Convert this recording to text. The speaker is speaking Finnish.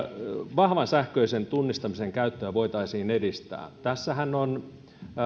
vahvan sähköisen tunnistamisen käyttöä voitaisiin edistää tässähän on